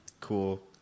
cool